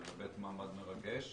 זה באמת מעמד מרגש.